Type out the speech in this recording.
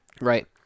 Right